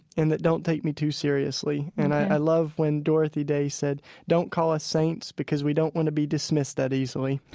and that don't take me too seriously ok and i love when dorothy day said, don't call us saints because we don't want to be dismissed that easily